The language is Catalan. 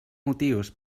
motius